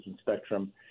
spectrum